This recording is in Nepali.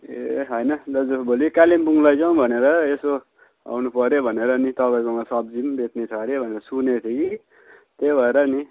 ए होइन दाजु भोलि कालिम्पोङ लैजाउँ भनेर यसो आउनुपऱ्यो भनेर नि तपाईँकोमा सब्जी पनि बेच्ने छ अरे भनेर सुनेको थिएँ त्यही भएर नि